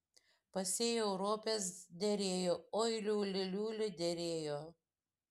pasėjau ropes derėjo oi liuli liuli derėjo